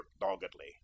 doggedly